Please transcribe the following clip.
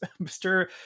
Mr